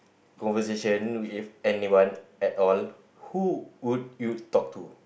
conversation with anyone at all who would you talk to